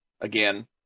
again